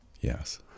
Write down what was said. Yes